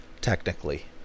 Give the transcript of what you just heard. technically